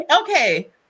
Okay